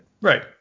Right